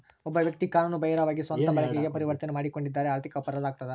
ಒಬ್ಬ ವ್ಯಕ್ತಿ ಕಾನೂನು ಬಾಹಿರವಾಗಿ ಸ್ವಂತ ಬಳಕೆಗೆ ಪರಿವರ್ತನೆ ಮಾಡಿಕೊಂಡಿದ್ದರೆ ಆರ್ಥಿಕ ಅಪರಾಧ ಆಗ್ತದ